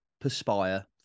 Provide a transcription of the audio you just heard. perspire